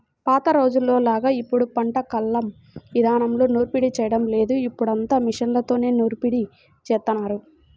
పాత రోజుల్లోలాగా ఇప్పుడు పంట కల్లం ఇదానంలో నూర్పిడి చేయడం లేదు, ఇప్పుడంతా మిషన్లతోనే నూర్పిడి జేత్తన్నారు